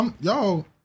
y'all